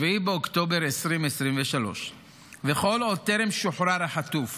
7 באוקטובר 2023. וכל עוד טרם שוחרר חטוף